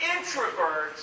introverts